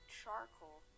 charcoal